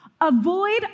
Avoid